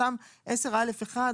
אותן 10א(1),